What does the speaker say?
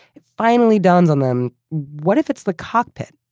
it finally dawns on them what if it's the cockpit?